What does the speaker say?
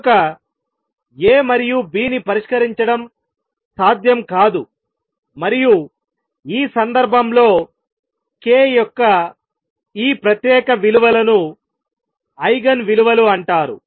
కనుక A మరియు B ని పరిష్కరించడం సాధ్యం కాదు మరియు ఈ సందర్భంలో k యొక్క ఈ ప్రత్యేక విలువలను ఐగెన్ విలువలు అంటారు